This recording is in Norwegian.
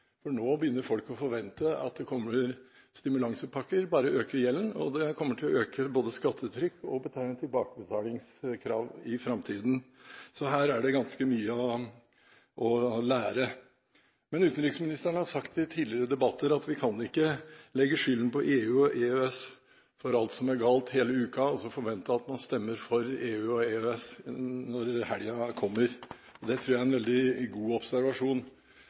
for nå begynner folk å forvente at det kommer stimulansepakker, og bare øker gjelden, og det kommer til å øke både skattetrykk og tilbakebetalingskrav i framtiden. Så her er det ganske mye å lære. Utenriksministeren har i tidligere debatter sagt at vi ikke kan legge skylden på EU og EØS for alt som er galt hele uken, og så forvente at man stemmer for EU og EØS når helgen kommer. Det tror jeg er en veldig god observasjon.